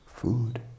Food